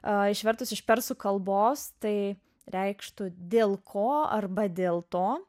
o išvertus iš persų kalbos tai reikštų dėl ko arba dėl to